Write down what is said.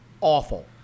awful